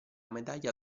medaglia